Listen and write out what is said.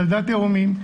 ילדה תאומים,